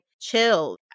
chill